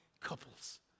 couples